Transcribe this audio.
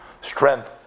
strength